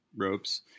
ropes